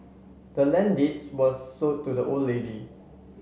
the land deeds was sold to the old lady